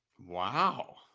Wow